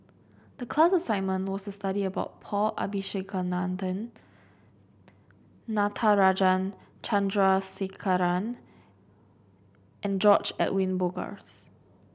the class assignment was to study about Paul Abisheganaden Natarajan Chandrasekaran and George Edwin Bogaars